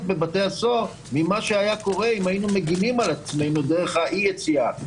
בבתי הסוהר ממה שהיה קורה אם היינו מגנים על עצמנו דרך האי יציאה.